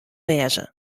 wêze